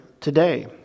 today